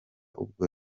ubwo